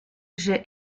j’ai